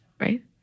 Right